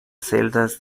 celdas